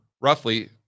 roughly